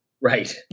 Right